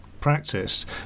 practiced